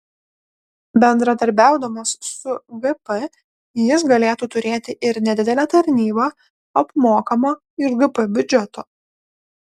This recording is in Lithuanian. bendradarbiaudamas su gp jis galėtų turėti ir nedidelę tarnybą apmokamą iš gp biudžeto